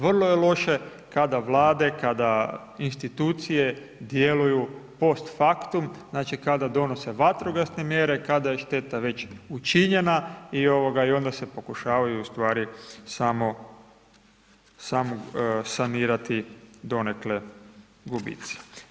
Vrlo je loše kada Vlade, kada institucije djeluju post faktum, znači, kada donose vatrogasne mjere, kada je šteta već učinjena i onda se pokušavaju ustvari samo sanirati donekle gubici.